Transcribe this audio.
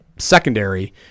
secondary